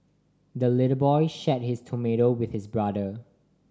the little boy shared his tomato with his brother